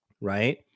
right